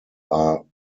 are